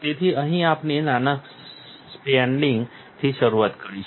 તેથી અહીં આપણે નાના સ્પ્રેડિંગ થી શરૂઆત કરીશું